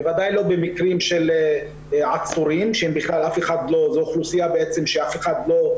בוודאי לא במקרים של עצורים שזו אוכלוסייה שאין